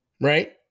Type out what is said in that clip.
right